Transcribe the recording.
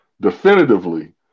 definitively